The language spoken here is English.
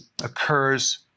occurs